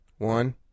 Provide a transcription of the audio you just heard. One